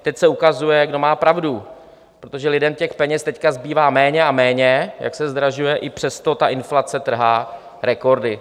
Teď se ukazuje, kdo má pravdu, protože lidem peněz teď zbývá méně a méně, jak se zdražuje, a i přesto ta inflace trhá rekordy.